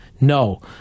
No